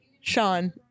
Sean